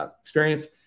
experience